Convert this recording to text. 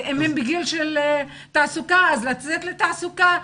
הן בגיל של תעסוקה, אז לצאת לתעסוקה.